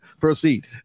Proceed